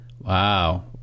wow